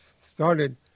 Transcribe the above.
started